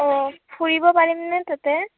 অ' ফুৰিব পাৰিম নে তাতে